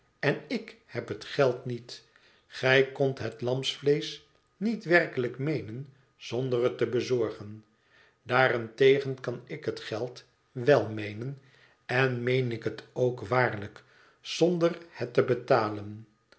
en ik heb het geld niet gij kondt het lamsvleesch niet werkelijk meenen zonder het te bezorgen daarentegen kan ik het geld wel meenen en meen ik het ook waarlijk zonder het te betalen